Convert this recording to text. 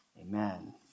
amen